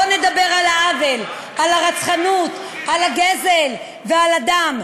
בוא נדבר על העוול, על הרצחנות, על הגזל ועל הדם.